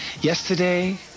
Yesterday